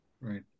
Right